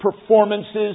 performances